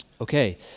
Okay